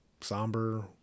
somber